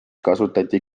kasutati